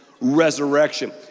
resurrection